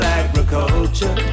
agriculture